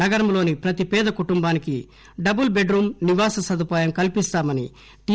నగరంలోని ప్రతి పేద కుటుంబానికి డబుల్ బెడ్ రూమ్ నివాస సదుపాయం కల్పిస్తామని టి